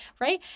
right